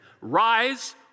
Rise